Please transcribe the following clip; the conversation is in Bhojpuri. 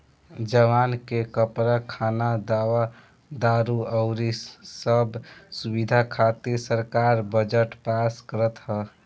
जवान के कपड़ा, खाना, दवा दारु अउरी सब सुबिधा खातिर सरकार बजट पास करत ह